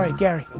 ah gary.